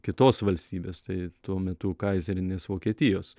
kitos valstybės tai tuo metu kaizerinės vokietijos